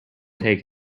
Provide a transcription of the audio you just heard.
take